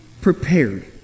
prepared